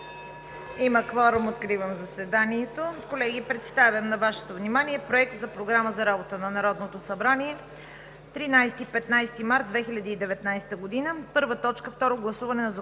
Има кворум. Откривам заседанието. Колеги, представям на Вашето внимание Проекта за програма за работата на Народното събрание 13 – 15 март 2019 г.: „1. Второ гласуване на Законопроекта